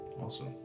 Awesome